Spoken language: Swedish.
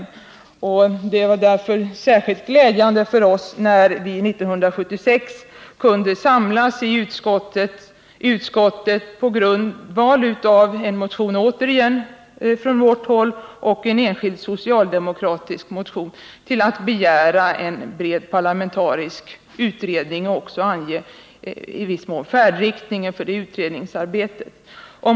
Det var därför särskilt glädjande för oss när utskottets ledamöter 1976 kunde samlas på grundval av en motion, återigen från vårt håll, och en enskild socialdemokratisk motion till att begära en bred parlamentarisk utredning och också i viss mån ange färdriktningen för utredningsarbetet.